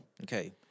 Okay